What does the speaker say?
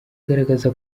agaragaza